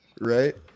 right